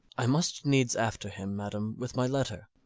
i must needs after him, madam with my letter.